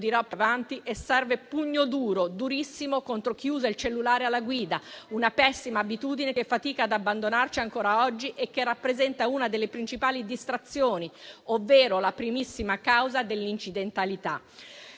stupefacenti e serve pugno duro, durissimo, contro chi usa il cellulare alla guida: una pessima abitudine che fatica ad abbandonarci ancora oggi e che rappresenta una delle principali distrazioni, ovvero la primissima causa dell'incidentalità.